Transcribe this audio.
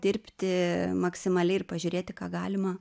dirbti maksimaliai ir pažiūrėti ką galima